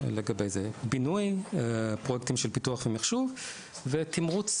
לגבי זה: בינוי, פרויקטים של פיתוח ומחשוב, ותמרוץ